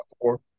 four